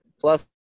plus